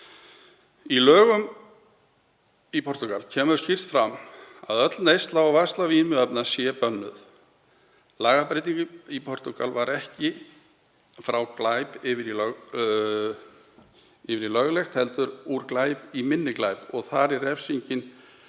„Í lögum Portúgals kemur skýrt fram að öll neysla og varsla vímuefna sé bönnuð. Lagabreytingin í Portúgal var ekki frá glæp yfir í löglegt, heldur úr glæp í minni glæp og refsingar